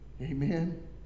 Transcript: Amen